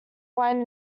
wine